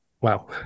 Wow